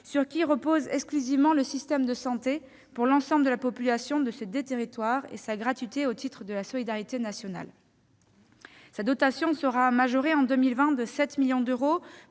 sur laquelle repose exclusivement le système de santé pour l'ensemble de la population de ces deux territoires, et sa gratuité, au titre de la solidarité nationale. Sa dotation sera majorée en 2020 de 7 millions d'euros,